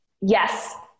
yes